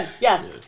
Yes